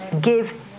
give